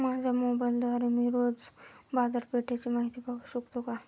माझ्या मोबाइलद्वारे मी रोज बाजारपेठेची माहिती पाहू शकतो का?